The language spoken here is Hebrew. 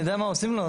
אני יודע מה עושים לו?